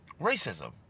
racism